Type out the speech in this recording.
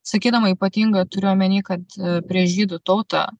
sakydama ypatingą turiu omeny kad prieš žydų tautą